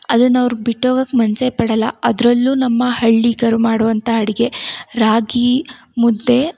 ಅದನ್ನು ಅವ್ರು ಬಿಟ್ಟೋಗೋಕ್ ಮನಸ್ಸೇ ಪಡೋಲ್ಲ ಅದ್ರಲ್ಲೂ ನಮ್ಮ ಹಳ್ಳಿಗರು ಮಾಡುವಂಥ ಅಡುಗೆ ರಾಗಿ ಮುದ್ದೆ